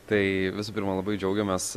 tai visų pirma labai džiaugiamės